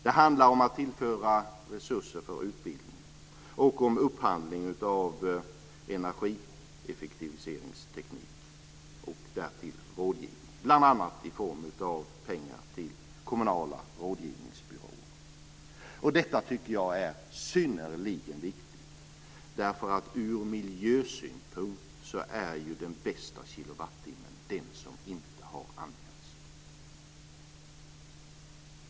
Det handlar om att tillföra resurser för utbildning och om upphandling av energieffektiviseringsteknik och därtill om rådgivning - bl.a. handlar det om pengar till kommunala rådgivningsbyråer. Detta tycker jag är synnerligen viktigt. Ur miljösynpunkt är ju den bästa kilowattimmen den som inte har använts. Fru talman!